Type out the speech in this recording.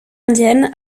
indienne